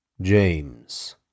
James